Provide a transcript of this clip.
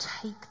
take